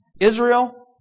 Israel